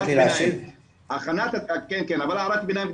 הערת ביניים,